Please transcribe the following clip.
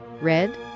red